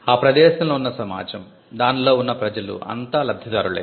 ఆ ప్రదేశంలో వున్న సమాజం దానిలో ఉన్న ప్రజలు అంతా లబ్ధిదారులే